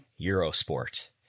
Eurosport